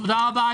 תודה רבה.